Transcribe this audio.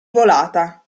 volata